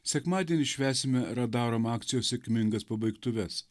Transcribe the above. sekmadienį švęsime radarom akcijos sėkmingas pabaigtuves